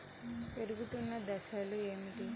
పెరుగుతున్న దశలు ఏమిటి?